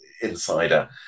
insider